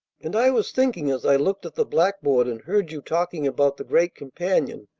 and i was thinking as i looked at the blackboard, and heard you talking about the great companion,